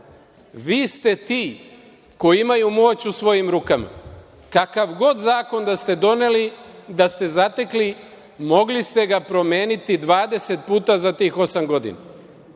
ste ti koji imaju moć u svojim rukama. Kakav god zakon da ste zatekli, mogli ste ga promeniti 20 puta za tih osam godina.